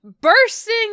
bursting